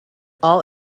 all